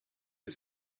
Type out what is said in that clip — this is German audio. sie